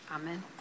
Amen